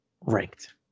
Ranked